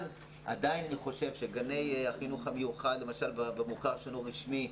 אני עדיין חושב שגני החינוך המיוחד במוכר שאינו רשמי,